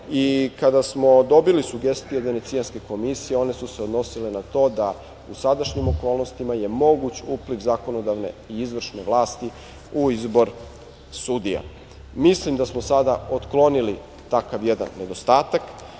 Kada smo dobili sugestije Venecijanske komisije, one su se odnosile na to da u sadašnjim okolnostima je moguć uplit zakonodavne i izvršne vlasti u izbor sudija. Mislim da samo sada otklonili takav jedan nedostatak. Takođe,